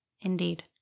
Indeed